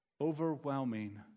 overwhelming